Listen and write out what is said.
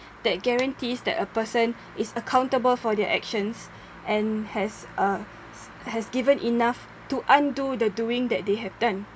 that guarantees that a person is accountable for their actions and has uh has given enough to undo the doing that they have done